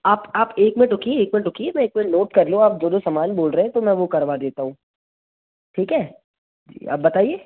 आप आप एक मिनट रुकिए एक मिनट रुकिए मैं एक मिनट नोट कर लूँ आप जो जो समान बोल रहे हैं तो मैं वह करवा देता हूँ ठीक है जी आप बताइए